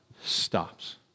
stops